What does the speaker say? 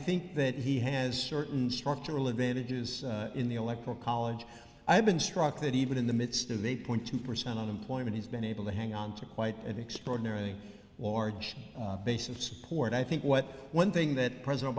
think that he has certain structural advantages in the electoral college i've been struck that even in the midst of eight point two percent unemployment he's been able to hang on to quite an extraordinary large base of support i think what one thing that pres